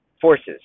forces